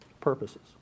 purposes